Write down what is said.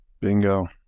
Bingo